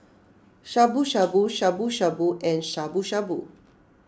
Shabu Shabu Shabu Shabu and Shabu Shabu